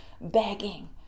begging